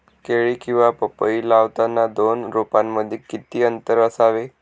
केळी किंवा पपई लावताना दोन रोपांमध्ये किती अंतर असावे?